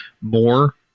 more